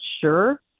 sure